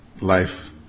life